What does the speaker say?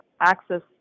access